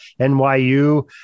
NYU